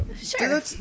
Sure